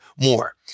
more